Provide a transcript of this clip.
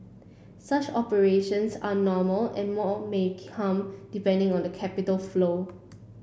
such operations are normal and more may come depending on the capital flow